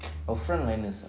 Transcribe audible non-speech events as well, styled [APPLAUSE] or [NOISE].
[NOISE] our frontliners ah